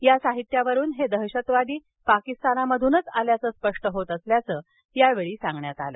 या साहित्यावरून हे दहशतवादी पाकिस्तानातूनच आल्याचं स्पष्ट होत असल्याचं यावेळी सांगण्यात आलं